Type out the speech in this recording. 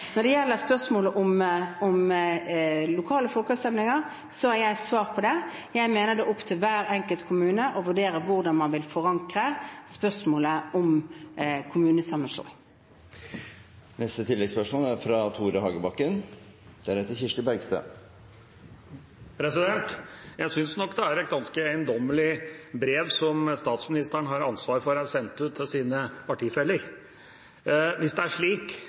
Når det gjelder spørsmålet om lokale folkeavstemninger, har jeg svart på det: Jeg mener det er opp til hver enkelt kommune å vurdere hvordan man vil forankre spørsmålet om kommunesammenslåing. Tore Hagebakken – til oppfølgingsspørsmål. Jeg synes nok det er et ganske eiendommelig brev som statsministeren har ansvaret for å ha sendt ut til sine partifeller. Hvis det er slik